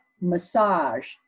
massage